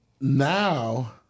now